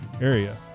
area